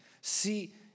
See